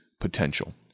potential